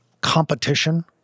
competition